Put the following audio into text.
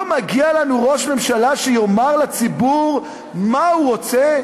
לא מגיע לנו ראש ממשלה שיאמר לציבור מה הוא רוצה